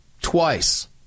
twice